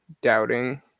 doubting